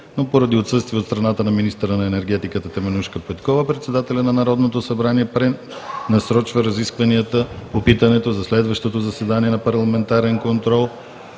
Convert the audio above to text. но поради отсъствие от страната на министъра на енергетиката Теменужка Петкова, председателят на Народното събрание пренасрочва разискванията по питането за следващото заседание на парламентарен контрол